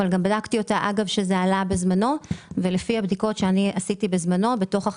אף על פי שבדקתי בזמנו וראיתי שלא אנחנו